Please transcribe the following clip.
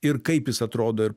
ir kaip jis atrodo ir